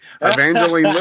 Evangeline